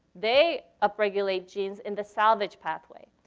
they up-regulate genes in the salvage pathway.